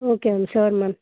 okay ma'am sure ma'am